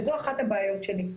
וזו אחת הבעיות שלי.